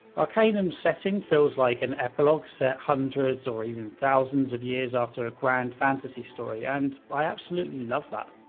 arcanum's setting feels like an epilogue set hundreds or even thousands of years after a grand fantasy story and i absolutely love that.